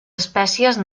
espècies